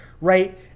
right